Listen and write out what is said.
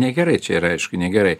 negerai čia yra aišku negerai